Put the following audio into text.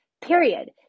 period